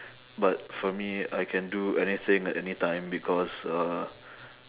but for me I can do anything at anytime because uh